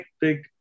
big